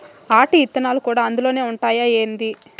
ఆటి ఇత్తనాలు కూడా అందులోనే ఉండాయా ఏంది